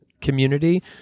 community